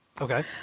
Okay